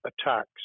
attacks